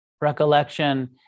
recollection